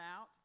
out